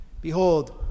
Behold